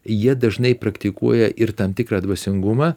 jie dažnai praktikuoja ir tam tikrą dvasingumą